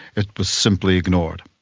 it was simply ignored.